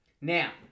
Now